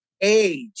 age